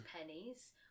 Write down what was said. pennies